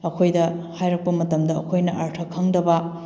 ꯑꯩꯈꯣꯏꯗ ꯍꯥꯏꯔꯛꯄ ꯃꯇꯝꯗ ꯑꯩꯈꯣꯏꯅ ꯑꯔꯊ ꯈꯪꯗꯕ